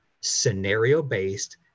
scenario-based